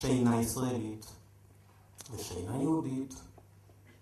שאינה ישראלית ושאינה יהודית